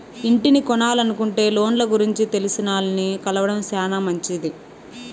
ఇంటిని కొనలనుకుంటే లోన్ల గురించి తెలిసినాల్ని కలవడం శానా మంచిది